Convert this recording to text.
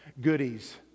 goodies